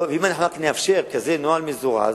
אם אנחנו נאפשר כזה נוהל מזורז,